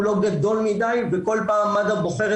הוא לא גדול מידי וכל פעם מד"א בוחרת